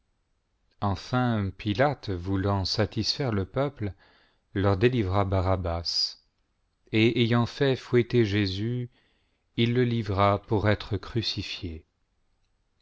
enfin pilate voulant satisfaire le peuple leur délivra baba et ayant fait fouetter jésus il le livra pour être crucifié